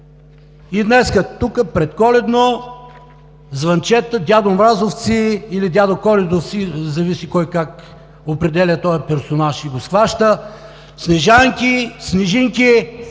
И днес тук предколедно – звънчета, Дядомразовци или Дядоколедовци, зависи кой как определя този персонаж и го схваща, Снежанки, снежинки,